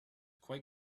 quite